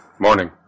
morning